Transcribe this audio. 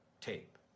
tape